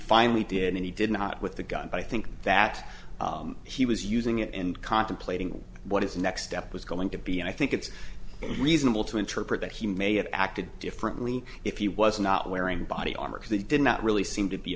finally did and he did not with the gun but i think that he was using it and contemplating what his next step was going to be and i think it's reasonable to interpret that he may have acted differently if he was not wearing body armor they did not really seem to be